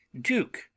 Duke